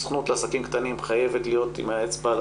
הסוכנות לעסקים קטנים חייבת להיות עם האצבע על